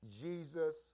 Jesus